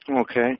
Okay